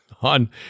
on